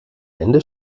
ende